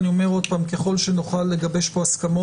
אני אומר עוד פעם ככל שנוכל לגבש פה הסכמות